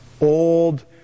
old